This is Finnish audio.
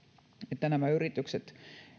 aina nämä yritykset